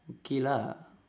okay lah